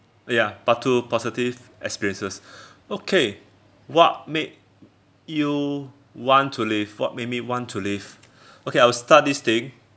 ya part two positive experiences okay what make you want to live what make me want to live okay I'll start this thing